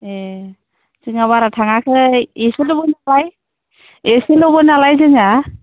ए जोंना बारा थाङाखै एसेल'मोन नालाय एसेल'मोन नालाय जोंना